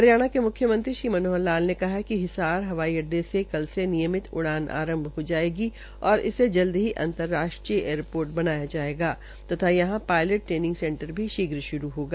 हरियाणा के मुख्यमंत्री श्री मनोहर लाल ने कहा है कि हिसार हवाई अड्डे से कल नियमित उड़ान आरंभ हो जायेगी और इसे जल्द ही अंतराष्ट्रीय एयरपोर्ट बनाया जायेगा तथा यहां पायलट ट्रेनिंग सेंटर भी श्रू होगा